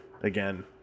again